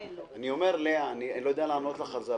אני לא יודע לענות לך על זה,